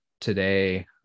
today